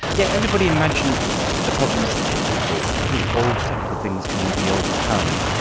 yeah everybody imagines the problem's technical, i think all the technical things can be overcome,